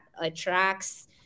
attracts